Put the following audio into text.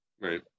right